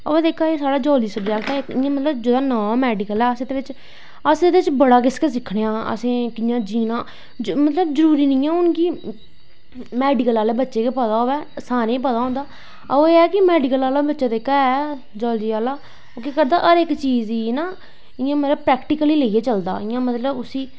अवा जेह्ड़ा geology subject ऐ अस एह्दे बिच्च जेह्दा नांऽ गै मैडिकल ऐ अस एह्दे बिच्च बड़ा किश गै सिक्खनें आं असैं कियां जीना मतलव जरूरी नी ऐ हून कि मैडिकल आह्ले बच्चे गी गै पता होऐ सारें गी पता होंदा एह् ऐ कि मैडिकल आह्ला बच्चा ऐ जियॉलजी आह्ला ओह् केह् करदा हर इक चीज दी ना इयां प्रैक्टिकली लेईयै चलदा इयां मतलव उसी